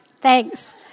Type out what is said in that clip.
thanks